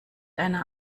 einer